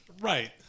right